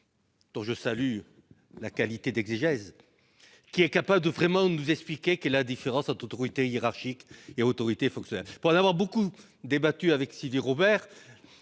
dont je salue les qualités d'exégèse, est capable de nous expliquer véritablement les différences entre autorité hiérarchique et autorité fonctionnelle. Pour en avoir beaucoup débattu avec Sylvie Robert,